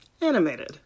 Animated